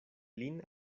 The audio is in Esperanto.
lin